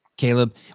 caleb